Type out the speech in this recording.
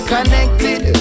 Connected